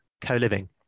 co-living